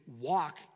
walk